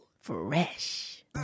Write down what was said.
Fresh